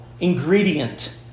ingredient